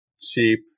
cheap